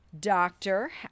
doctor